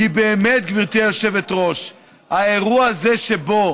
כי באמת, גברתי היושבת-ראש, האירוע הזה שבו